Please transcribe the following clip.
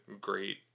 great